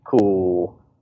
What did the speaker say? cool